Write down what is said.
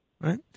right